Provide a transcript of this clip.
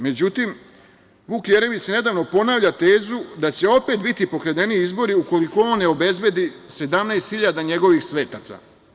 Međutim, Vuk Jeremić nedavno ponavlja tezu da će opet biti pokradeni izbori ukoliko on ne obezbedi 17 hiljada njegovih svetaca.